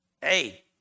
Hey